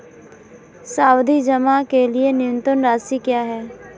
सावधि जमा के लिए न्यूनतम राशि क्या है?